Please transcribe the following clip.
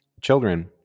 Children